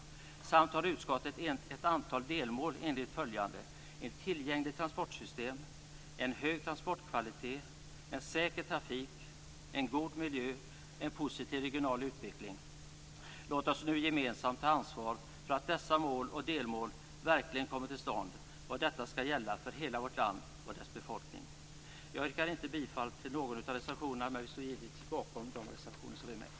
Utskottet har också ett antal delmål enligt följande: · en hög transportkvalitet · en god miljö Låt oss nu gemensamt ta ansvar för att dessa mål och delmål verkligen kommer till stånd och att detta skall gälla för hela vårt land och dess befolkning. Jag yrkar inte bifall till någon av reservationerna, men vi står givetvis bakom de reservationer som vi är med på.